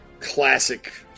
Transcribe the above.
classic